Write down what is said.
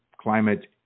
climate